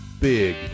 big